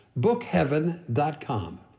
bookheaven.com